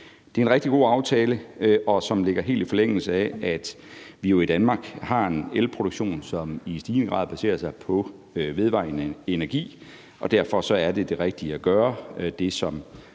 Det er en rigtig god aftale, som ligger helt i forlængelse af, at vi i Danmark har en elproduktion, som i stigende grad baserer sig på vedvarende energi, og derfor er det, som regeringen